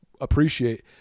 appreciate